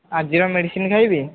ଆଜି ଆଉ ମେଡ଼ିସିନ୍ ଖାଇବି